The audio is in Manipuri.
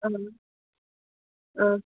ꯎꯝ ꯑꯥ